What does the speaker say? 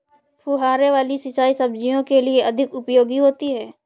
फुहारे वाली सिंचाई सब्जियों के लिए अधिक उपयोगी होती है?